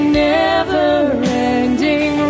never-ending